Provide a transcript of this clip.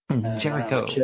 Jericho